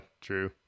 true